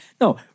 No